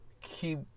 keep